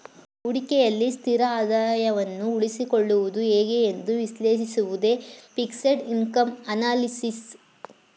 ಹೂಡಿಕೆಯಲ್ಲಿ ಸ್ಥಿರ ಆದಾಯವನ್ನು ಉಳಿಸಿಕೊಳ್ಳುವುದು ಹೇಗೆ ಎಂದು ವಿಶ್ಲೇಷಿಸುವುದೇ ಫಿಕ್ಸೆಡ್ ಇನ್ಕಮ್ ಅನಲಿಸಿಸ್